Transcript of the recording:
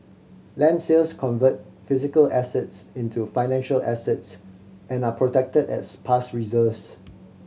land sales convert physical assets into financial assets and are protected as past reserves